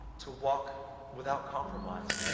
to walk without compromise.